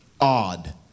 odd